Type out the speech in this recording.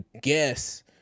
guess